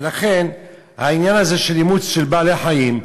ולכן העניין הזה של אימוץ של בעלי-חיים,